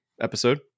episode